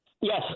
Yes